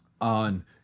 On